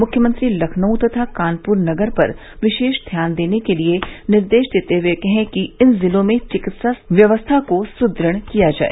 मुख्यमंत्री लखनऊ तथा कानपुर नगर पर विशेष ध्यान देने के निर्देश देते हुए कहा कि इन जिलों में चिकित्सा व्यवस्था को सुदढ़ किया जाय